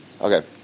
Okay